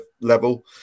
level